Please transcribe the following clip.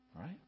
right